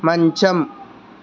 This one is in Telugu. మంచం